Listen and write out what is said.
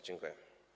Dziękuję.